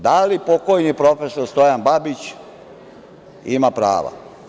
Da li pokojni profesor Stojan Babić ima prava?